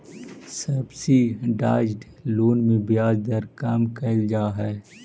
subsidised loan में ब्याज दर कम कैल जा हइ